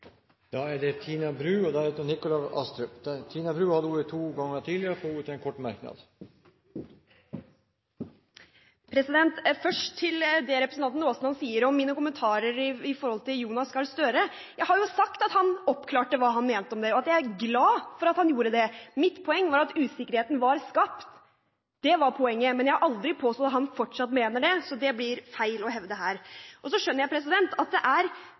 Tina Bru har hatt ordet to ganger tidligere og får ordet til en kort merknad, begrenset til 1 minutt. Først til det representanten Aasland sier om mine kommentarer om Jonas Gahr Støre. Jeg har jo sagt at han oppklarte hva han mente om det, og at jeg er glad for at han gjorde det. Mitt poeng var at usikkerheten var skapt, det var poenget, men jeg har aldri påstått at han fortsatt mener det, så det blir feil å hevde det her. Så skjønner jeg at det er